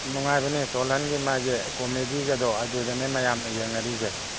ꯅꯨꯡꯉꯥꯏꯕꯅꯦ ꯇꯣꯜꯍꯟꯒꯤ ꯃꯥꯒꯤ ꯀꯣꯃꯦꯗꯤꯒꯗꯣ ꯑꯗꯨꯗꯅꯦ ꯃꯌꯥꯝꯅ ꯌꯦꯡꯅꯔꯤꯁꯦ